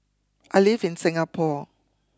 I live in Singapore